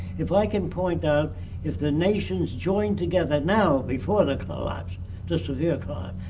if i can point out if the nations join together now, before the collapse the severe